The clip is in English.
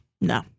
No